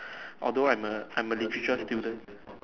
although I'm a I'm a literature student